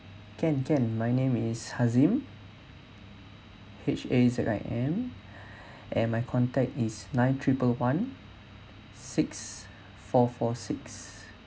can can my name is hazim H A Z I M and my contact is nine triple one six four four six